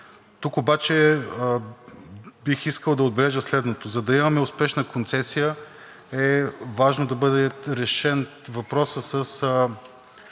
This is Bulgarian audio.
Тук обаче, бих искал да отбележа следното: за да имаме успешна концесия, е важно да бъде решен въпросът с